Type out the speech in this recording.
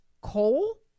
coal